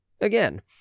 Again